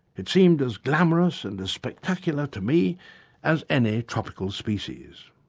it seemed as glamorous and as spectacular to me as any tropical species.